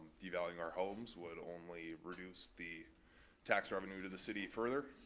devaluing our homes would only reduce the tax revenue to the city further.